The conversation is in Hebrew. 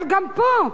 אבל גם פה,